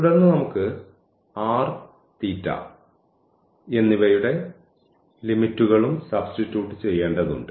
തുടർന്ന് നമുക്ക് r എന്നിവയുടെ ലിമിറ്റ്കളും സബ്സ്റ്റിറ്റ്യൂട്ട് ചെയ്യേണ്ടതുണ്ട്